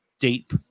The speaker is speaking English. deep